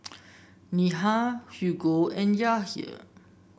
Neha Hugo and Yahir